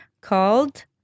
called